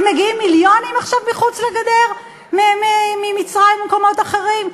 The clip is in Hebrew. מגיעים מיליונים עכשיו מחוץ לגדר ממצרים ומקומות אחרים?